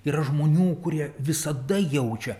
yra žmonių kurie visada jaučia